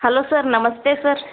hello sir namaste sir